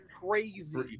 crazy